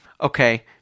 okay